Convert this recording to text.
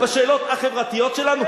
בשאלות החברתיות שלנו?